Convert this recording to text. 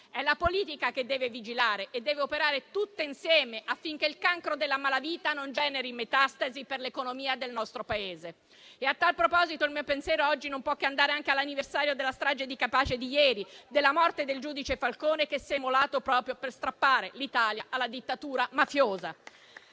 È la politica che deve vigilare e deve operare tutta insieme affinché il cancro della malavita non generi metastasi per l'economia del nostro Paese. A tal proposito, il mio pensiero non può che andare anche all'anniversario della strage di Capaci di ieri, della morte del giudice Falcone, che si è immolato proprio per strappare l'Italia alla dittatura mafiosa.